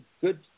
good